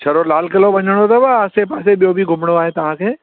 छड़ो लाल किलो वञिणो अथव आसे पासे ॿियो बि घुमिणो आहे तव्हांखे